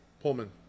Pullman